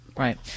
Right